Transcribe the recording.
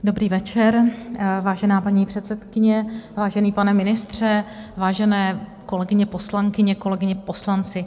Dobrý večer, vážená paní předsedkyně, vážený pane ministře, vážené kolegyně poslankyně, kolegové poslanci.